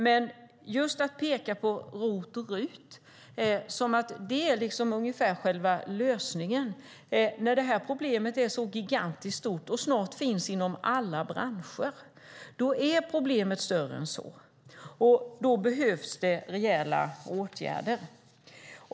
Men man pekar på ROT och RUT, som om det är själva lösningen. Det här problemet är gigantiskt och finns snart inom alla branscher. Då är problemet större än så, och då behövs det rejäla åtgärder.